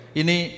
ini